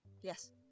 Yes